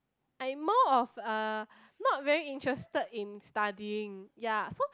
I'm more of uh not very interested in studying yea so